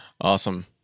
Awesome